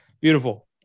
Beautiful